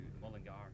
Mullingar